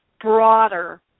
broader